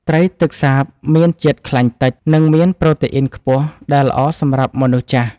ត្រីទឹកសាបមានជាតិខ្លាញ់តិច និងមានប្រូតេអ៊ីនខ្ពស់ដែលល្អសម្រាប់មនុស្សចាស់។